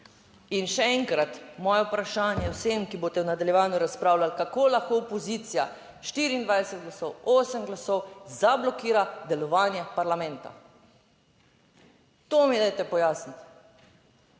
In še enkrat, moje vprašanje vsem, ki boste v nadaljevanju razpravljali, kako lahko opozicija, 24 glasov, 8 glasov zablokira delovanje parlamenta? To mi dajte pojasniti.